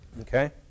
okay